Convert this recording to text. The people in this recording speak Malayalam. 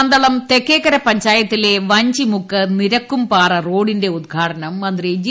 പന്തളം തെക്കേക്കര പഞ്ചായത്തിലെ വഞ്ചിമുക്ക് നിരക്കുംപാറ റോഡിന്റെ ഉദ്ഘാടനം മന്ത്രി ജി